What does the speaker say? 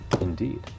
Indeed